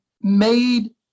made